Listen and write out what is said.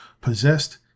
possessed